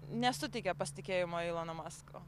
nesuteikia pasitikėjimo ilono masko